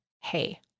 Hey